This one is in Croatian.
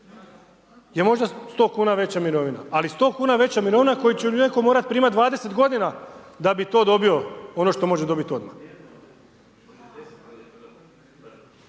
je možda 100 kuna veća mirovina ali 100 kuna veća mirovina koju će netko morati primati 20 g. da bi to dobio ono što može dobiti odmah.